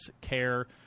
care